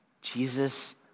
Jesus